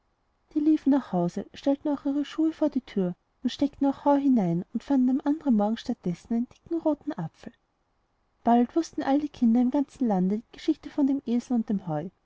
die liefen nach hause stellten auch ihre schuhe vor die türe steckten auch heu hinein und fanden am andern morgen statt dessen einen dicken roten apfel bald wußten alle kinder im ganzen lande die geschichte von dem esel und dem heu